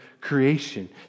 creation